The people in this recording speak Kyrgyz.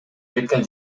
кеткен